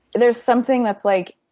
there's something that's like,